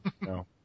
No